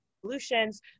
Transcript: solutions